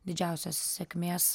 didžiausios sėkmės